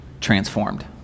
transformed